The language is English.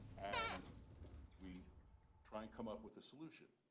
and we try and come up with a solution.